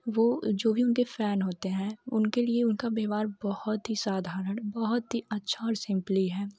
वह जो भी उनके फ़ैन होते हैं उनके लिए उनका व्याहवार बहुत ही साधारण बहुत ही अच्छा और सिंपली है